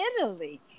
Italy